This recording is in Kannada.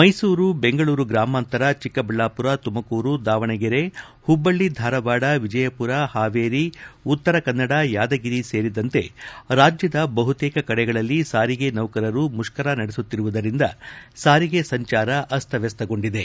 ಮೈಸೂರು ಬೆಂಗಳೂರು ಗ್ರಾಮಾಂತರ ಚಿಕ್ಕಬಳ್ಯಾಪುರ ತುಮಕೂರು ದಾವಣಗೆರೆ ಹುಬ್ಬಳ್ಳಿ ಧಾರವಾಡ ವಿಜಯಪುರ ಹಾವೇರಿ ಉತ್ತರ ಕನ್ನಡ ಯಾದಗಿರಿ ಸೇರಿದಂತೆ ರಾಜ್ಯದ ಬಹುತೇಕ ಕಡೆಗಳಲ್ಲಿ ಸಾರಿಗೆ ನೌಕರರು ಮುಷ್ಕರ ನಡೆಸುತ್ತಿರುವುದರಿಂದ ಸಾರಿಗೆ ಸಂಚಾರ ಅಸ್ತವ್ಯಸ್ಥಗೊಂಡಿದೆ